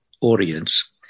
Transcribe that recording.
audience